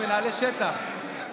מנהלי שטח.